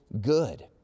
good